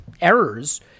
errors